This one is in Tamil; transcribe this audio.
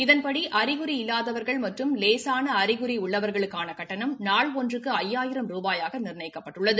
இதன்படி அறிகுறி இல்லாதவர்கள் மற்றும் லேசான அறிகுறி உள்ளவர்களுக்கான கட்டணம் நாள் ஒன்றுக்கு ஐயாயிரம் ரூபாயாக நிர்ணயிக்கப்பட்டுள்ளது